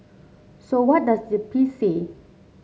so what does the piece say